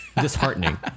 Disheartening